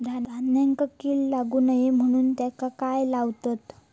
धान्यांका कीड लागू नये म्हणून त्याका काय लावतत?